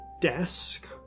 desk